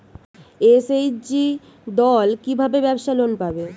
SHG দল কী ভাবে ব্যাবসা লোন পাবে?